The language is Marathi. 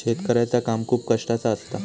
शेतकऱ्याचा काम खूप कष्टाचा असता